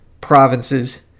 provinces